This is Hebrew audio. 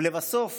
ולבסוף